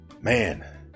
Man